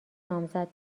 نامزد